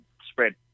spread